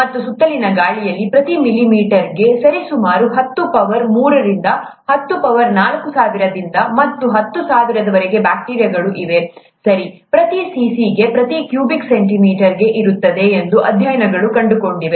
ನಮ್ಮ ಸುತ್ತಲಿನ ಗಾಳಿಯಲ್ಲಿ ಪ್ರತಿ ಮಿಲಿಲೀಟರ್ಗೆ ಸರಿ ಸುಮಾರು ಹತ್ತು ಪವರ್ ಮೂರರಿಂದ ಹತ್ತು ಪವರ್ ನಾಲ್ಕು ಸಾವಿರದಿಂದ ಹತ್ತು ಸಾವಿರದವರೆಗೆ ಬ್ಯಾಕ್ಟೀರಿಯಾಗಳು ಇವೆ ಸರಿ ಪ್ರತಿ cc ಗೆ ಪ್ರತಿ ಕ್ಯೂಬಿಕ್ ಸೆಂಟಿಮೀಟರ್ಗೆ ಇರುತ್ತವೆ ಎಂದು ಅಧ್ಯಯನಗಳು ಕಂಡುಕೊಂಡಿವೆ